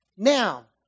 Now